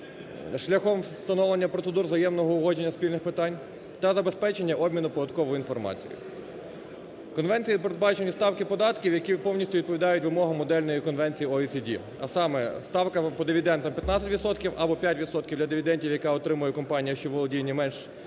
шляхом встановлення процедур взаємного узгодження спільних питань та забезпечення обміну податковою інформацією. Конвенцією передбачені ставки податків, які повністю відповідають вимогам модельної конвенції ОEСD, а саме: ставка по дивідендам 15 відсотків або 5 відсотків для дивідендів, які отримує компанія, що володіє не менш як